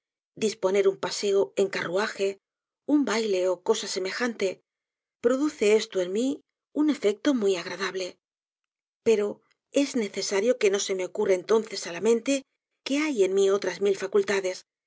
disponer un paseo en carruaje un baile ó cosa semejante produce esto en mi un efecto muy agradable pero es necesario que no se me ocurra entonces á la mente que hay en mí otras mil facultades